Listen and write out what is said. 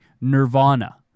Nirvana